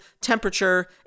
temperature